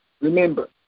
remember